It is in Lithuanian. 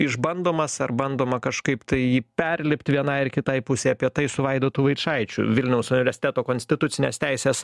išbandomas ar bandoma kažkaip tai jį perlipti vienai ar kitai pusei apie tai su vaidotu vaičaičiu vilniaus universiteto konstitucinės teisės